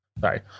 sorry